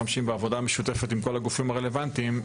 והעבודה המשותפת עם כל הגופים הרלוונטיים,